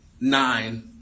Nine